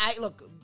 look –